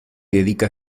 dedica